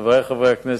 חברי חברי הכנסת,